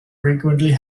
frequently